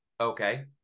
Okay